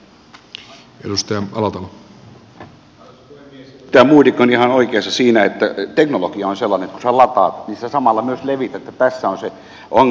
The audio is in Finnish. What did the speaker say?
edustaja modig on ihan oikeassa siinä että teknologia on sellainen että kun sinä lataat sinä samalla myös levität ja tässä on se ongelmatiikka